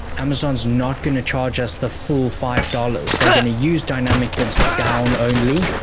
amazon's not going to charge us the full five dollars. they're going to use dynamic bids-down only,